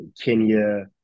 Kenya